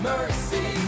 Mercy